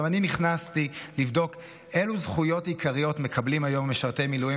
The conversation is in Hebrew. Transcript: אני נכנסתי לבדוק אילו זכויות עיקריות מקבלים היום משרתי מילואים,